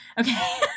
okay